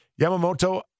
Yamamoto